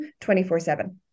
24-7